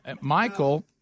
Michael